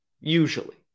usually